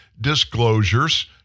disclosures